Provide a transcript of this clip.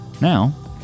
now